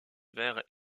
vinrent